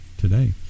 today